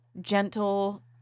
gentle